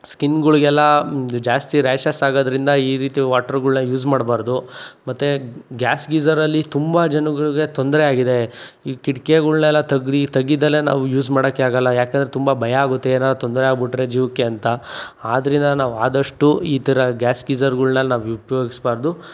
ಸ್ಕಿನ್ಗಳಿಗೆಲ್ಲ ಜಾಸ್ತಿ ರ್ಯಾಷಸ್ ಆಗೋದ್ರಿಂದ ಈ ರೀತಿ ವಾಟ್ರುಗಳನ್ನ ಯೂಸ್ ಮಾಡ್ಬಾರ್ದು ಮತ್ತೆ ಗ್ಯಾಸ್ ಗೀಝರಲ್ಲಿ ತುಂಬ ಜನಗಳಿಗೆ ತೊಂದರೆ ಆಗಿದೆ ಈ ಕಿಟಕಿಗಳ್ನೆಲ್ಲ ತೆಗ್ದು ತೆಗೀದೆಲೆ ನಾವು ಯೂಸ್ ಮಾಡೋಕ್ಕೆ ಆಗಲ್ಲ ಯಾಕೆಂದ್ರೆ ತುಂಬ ಭಯ ಆಗುತ್ತೆ ಏನಾದರೂ ತೊಂದರೆ ಆಗ್ಬಿಟ್ಟರೆ ಜೀವಕ್ಕೆ ಅಂತ ಆದ್ದರಿಂದ ನಾವು ಆದಷ್ಟು ಈ ಥರ ಗ್ಯಾಸ್ ಗೀಝರ್ಗಳನ್ನ ನಾವು ಉಪಯೋಗಿಸ್ಬಾರ್ದು